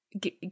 get